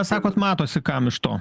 sakot matosi kam iš to